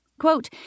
Quote